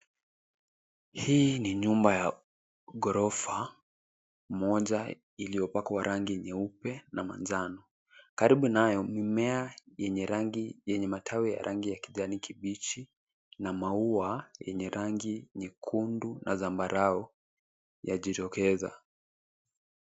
Hii ni nyumba ya ghorofa mmoja iliyopakwa rangi nyeupe na manjano. Karibu nayo mimea yenye matawi ya rangi ya kijani kibichi na maua yenye rangi nyekundu na zambarau yajitokeza.